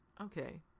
Okay